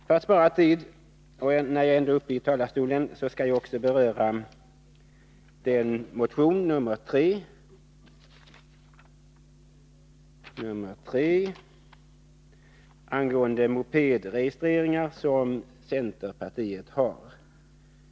För att spara tid och eftersom jag nu ändå är uppe i talarstolen skall jag också beröra den reservation — nr 3 — angående mopedregistreringar som centern avgivit.